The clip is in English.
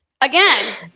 again